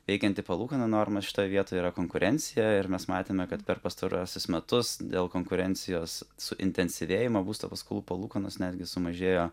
veikianti palūkanų normą šitoje vietoje yra konkurencija ir mes matėme kad per pastaruosius metus dėl konkurencijos suintensyvėjimo būsto paskolų palūkanos netgi sumažėjo